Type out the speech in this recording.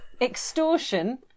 extortion